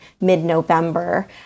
mid-November